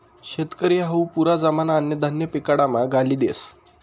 शेतकरी हावू पुरा जमाना अन्नधान्य पिकाडामा घाली देस